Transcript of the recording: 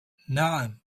نعم